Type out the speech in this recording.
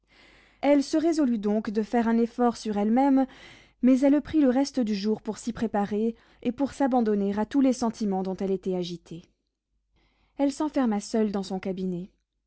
elle se résolut donc de faire un effort sur elle-même mais elle prit le reste du jour pour s'y préparer et pour s'abandonner à tous les sentiments dont elle était agitée elle s'enferma seule dans son cabinet